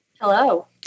Hello